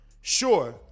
Sure